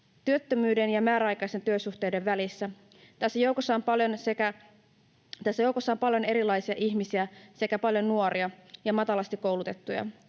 työttömyyden ja määräaikaisten työsuhteiden välissä. Tässä joukossa on paljon erilaisia ihmisiä sekä paljon nuoria ja matalasti koulutettuja.